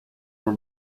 were